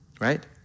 right